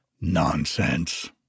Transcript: Nonsense